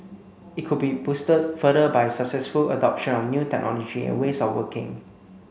it could be boosted further by successful adoption of new technology and ways of working